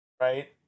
right